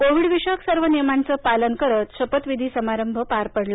कोविडविषयक सर्व नियमांचं पालन करत हा शपथविधी समारंभ पार पडला